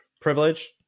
privilege